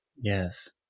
yes